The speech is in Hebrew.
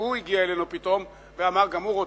והוא הגיע אלינו פתאום ואמר שגם הוא רוצה.